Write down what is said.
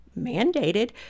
mandated